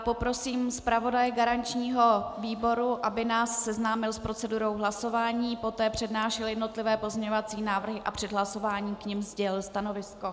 Poprosím zpravodaje garančního výboru, aby nás seznámil s procedurou hlasování, poté přednášel jednotlivé pozměňovací návrhy a před hlasováním k nim sdělil stanovisko.